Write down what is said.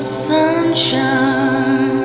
sunshine